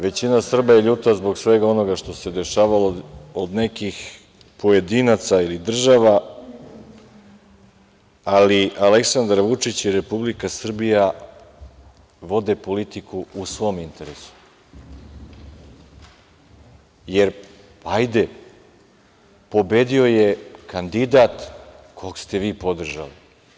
Većina Srba je ljuta zbog svega onoga što se dešavalo, od nekih pojedinaca, država, ali Aleksandar Vučić i Republika Srbija vode politiku u svom interesu, jer pobedio je kandidat kog ste vi podržali.